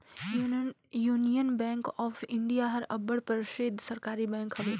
union Bank of India हर अब्बड़ परसिद्ध सहकारी बेंक हवे